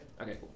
Okay